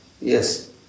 yes